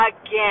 again